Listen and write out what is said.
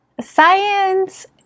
Science